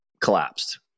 Collapsed